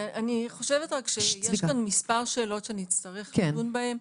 אני חושבת רק שיש כאן מספר שאלות שנצטרך לדון בהן.